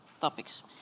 topics